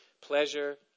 pleasure